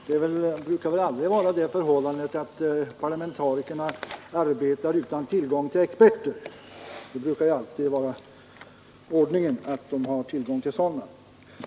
Herr talman! Det brukar väl aldrig vara så att parlamentarikerna arbetar utan tillgång till experter. Det brukar ju höra till ordningen att man har tillgång till sådana.